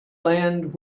land